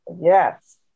Yes